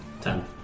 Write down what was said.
ten